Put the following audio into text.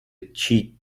cheat